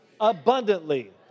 abundantly